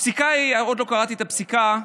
עוד לא קראתי את הפסיקה,